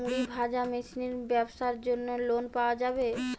মুড়ি ভাজা মেশিনের ব্যাবসার জন্য লোন পাওয়া যাবে?